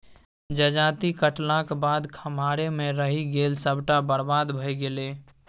जजाति काटलाक बाद खम्हारे मे रहि गेल सभटा बरबाद भए गेलै